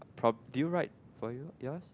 prob~ did you write for you yes